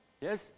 Yes